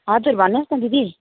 हजुर भन्नुहोस् न दिदी